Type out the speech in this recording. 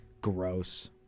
Gross